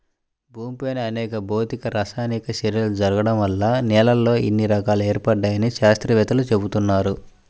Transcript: భూమిపైన అనేక భౌతిక, రసాయనిక చర్యలు జరగడం వల్ల నేలల్లో ఇన్ని రకాలు ఏర్పడ్డాయని శాత్రవేత్తలు చెబుతున్నారు